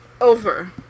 Over